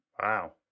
Wow